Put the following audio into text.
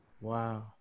Wow